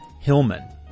Hillman